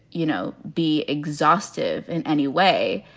you know, be exhaustive in any way,